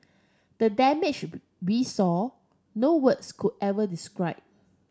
the damage we saw no words could ever describe